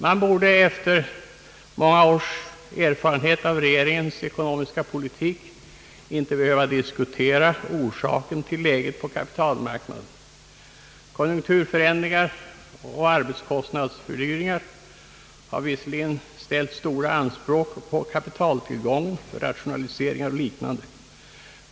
Man borde efter många års erfarenhet av regeringens ekonomiska politik inte behöva diskutera orsaken till läget på kapitalmarknaden. Konjunkturförändringar och arbetskostnadsfördyringar har visserligen ställt stora anspråk på kapitaltillgången för rationaliseringar och liknande.